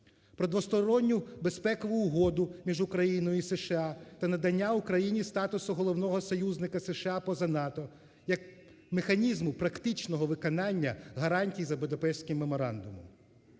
Про двосторонню безпекову угоду між Україною і США та надання Україні статусу головного союзника США поза НАТО як механізму практичного виконання гарантій за Будапештським меморандумом.